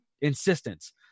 insistence